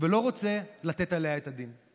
ולא רוצה לתת עליה את הדין.